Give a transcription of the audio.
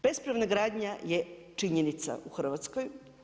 Bespravna gradnja je činjenica u Hrvatskoj.